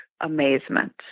amazement